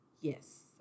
yes